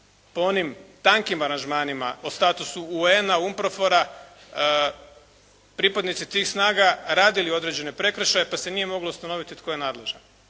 po onim tankim aranžmanima o statusu UN-a, UNPROFOR-a pripadnici tih snaga radili određene prekršaje pa se nije moglo ustanoviti tko je nadležan?